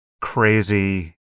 crazy